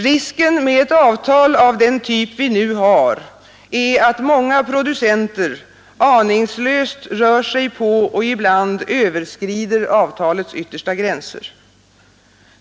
Risken med ett avtal av den typ vi nu har är att många producenter aningslöst rör sig på och ibland överskrider avtalets yttersta gränser.